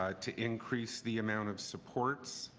ah to increase the amount of supports